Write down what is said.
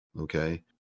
Okay